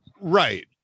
Right